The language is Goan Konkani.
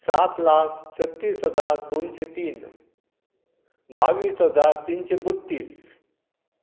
सात लाख छत्तीस हजार दोनशे तीन बावीस हजार तिनशे बत्तीस